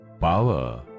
power